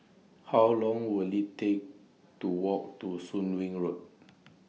How Long Will IT Take to Walk to Soon Wing Road